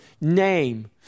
name